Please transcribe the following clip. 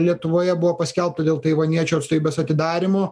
lietuvoje buvo paskelbta dėl taivaniečių atstovybės atidarymo